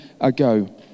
ago